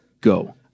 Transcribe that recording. Go